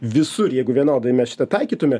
visur jeigu vienodai mes šitą taikytume